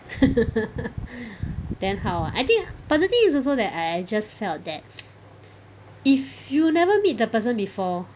then how ah I think but the thing is also that I I just felt that if you never meet the person before